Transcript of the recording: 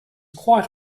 quite